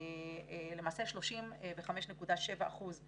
למעשה 35.7 אחוזים